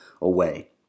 away